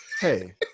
Hey